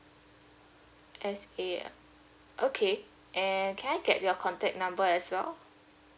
S A R okay and can I get your contact number as well